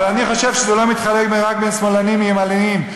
אבל אני חושב שזה לא מתחלק רק בין שמאלנים לימנים,